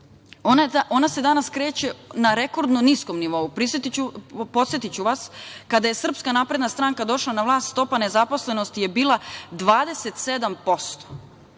ona se danas kreće na rekordno niskom nivou. Podsetiću vas kada je SNS došla na vlast, stopa nezaposlenosti je bila 27%.